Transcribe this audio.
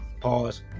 pause